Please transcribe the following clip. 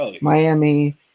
Miami